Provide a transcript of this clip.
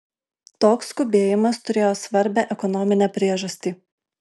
toks skubėjimas turėjo svarbią ekonominę priežastį